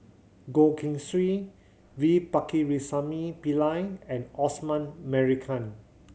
Goh Keng Swee V Pakirisamy Pillai and Osman Merican